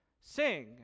sing